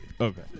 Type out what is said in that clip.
Okay